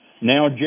Now